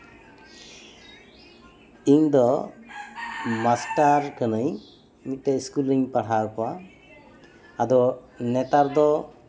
ᱤᱧ ᱫᱚ ᱢᱟᱥᱴᱟᱨ ᱠᱟᱹᱱᱟᱧ ᱢᱤᱫᱴᱮᱡ ᱥᱠᱩᱞ ᱨᱤᱧ ᱯᱟᱲᱦᱟᱣ ᱠᱚᱣᱟ ᱟᱫᱚ ᱱᱮᱛᱟᱨ ᱫᱚ